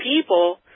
people